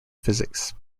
physics